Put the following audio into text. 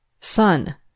Son